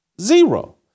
Zero